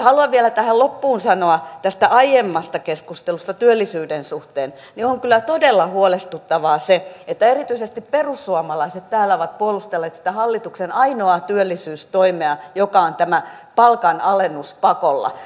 haluan vielä tähän loppuun sanoa tästä aiemmasta keskustelusta työllisyyden suhteen että on kyllä todella huolestuttavaa se että erityisesti perussuomalaiset täällä ovat puolustelleet sitä hallituksen ainoaa työllisyystoimea joka on tämä palkanalennus pakolla